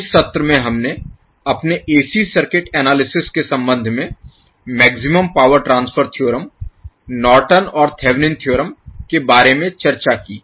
इस सत्र में हमने अपने एसी सर्किट एनालिसिस के संबंध में maximum power transfer theorem Norton और थेवेनिन थ्योरम के बारे में चर्चा की